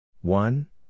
one